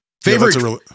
Favorite